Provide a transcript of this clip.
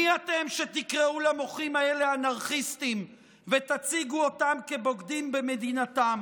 מי אתם שתקראו למוחים האלה "אנרכיסטים" ותציגו אותם כבוגדים במדינתם?